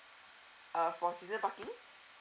uh for season parking